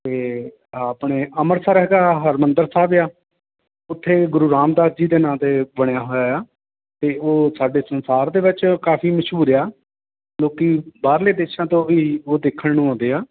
ਅਤੇ ਆਪਣੇ ਅੰਮ੍ਰਿਤਸਰ ਹੈਗਾ ਹਰਿਮੰਦਰ ਸਾਹਿਬ ਆ ਉਥੇ ਗੁਰੂ ਰਾਮਦਾਸ ਜੀ ਦੇ ਨਾਂ 'ਤੇ ਬਣਿਆ ਹੋਇਆ ਆ ਅਤੇ ਉਹ ਸਾਡੇ ਸੰਸਾਰ ਦੇ ਵਿੱਚ ਕਾਫੀ ਮਸ਼ਹੂਰ ਆ ਲੋਕੀ ਬਾਹਰਲੇ ਦੇਸ਼ਾਂ ਤੋਂ ਵੀ ਉਹ ਦੇਖਣ ਨੂੰ ਆਉਂਦੇ ਆ